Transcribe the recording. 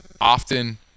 often